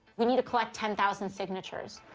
we need to collect ten thousand signatures.